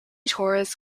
torres